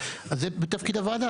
אז זה תפקיד הוועדה.